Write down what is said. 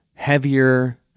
heavier